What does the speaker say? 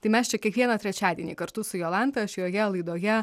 tai mes čia kiekvieną trečiadienį kartu su jolanta šioje laidoje